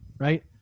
right